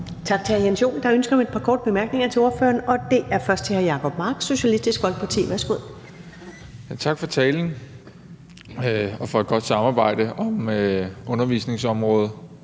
Tak til hr. Jens Joel. Der er ønske om et par korte bemærkninger til ordføreren. Og først er det hr. Jacob Mark, Socialistisk Folkeparti. Værsgo. Kl. 14:20 Jacob Mark (SF): Tak for talen og for et godt samarbejde om undervisningsområdet.